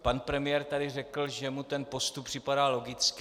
Pan premiér tady řekl, že mu postup připadá logický.